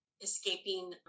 escaping